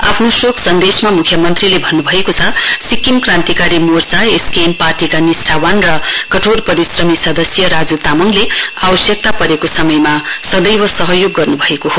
आफ्नो शोक सन्देशमा म्ख्यमन्त्रीले भन्न् भएको छ सिक्किम क्रान्तिकारी मोर्चा पार्टीका निष्ठावान र कठोर परिश्रमी सदस्य राज् तामाङले आवश्यकता परेको समयमा सदैव सहयोग गर्न् भएको हो